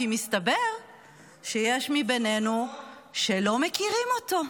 כי מסתבר שיש מי בינינו שלא מכירים אותו.